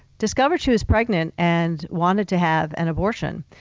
discovered she was pregnant and wanted to have an abortion.